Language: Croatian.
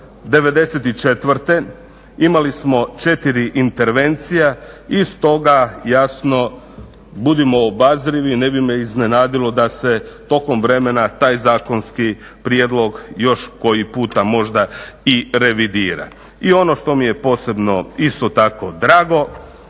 '94. imali smo četiri intervencije i stoga jasno budimo obazrivi, ne bi me iznenadilo da se tokom vremena taj zakonski prijedlog još koji puta možda i revidira. I ono što mi je posebno isto tako drago,